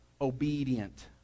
obedient